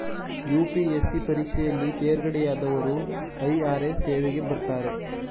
UPSC ಪರೀಕ್ಷೆಯಲ್ಲಿ ತೇರ್ಗಡೆಯಾದವರು IRS ಸೇವೆಗೆ ಬರ್ತಾರೆ